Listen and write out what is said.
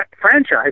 franchise